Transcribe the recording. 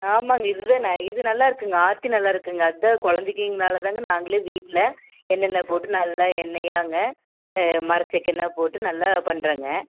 ஆமாம்ங்க இது தான் ந இது நல்லாருக்குங்க ஆர்த்தி நல்லாருக்குங்க அதான் குழந்தைக்கிங்கனால தாங்க நாங்களே வீட்டில் என்னென்ன போட்டு நல்ல எண்ணயாங்க மரச்செக்கு எண்ண போட்டு நல்லா பண்ணுறோம்ங்க